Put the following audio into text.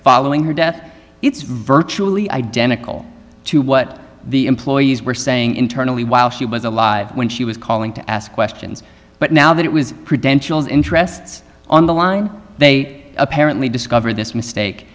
following her death it's virtually identical to what the employees were saying internally while she was alive when she was calling to ask questions but now that it was preventions interests on the line they apparently discovered this mistake